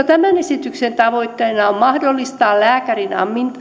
tämän esityksen tavoitteena on mahdollistaa lääkärin